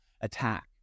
attack